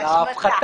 זאת השמטה.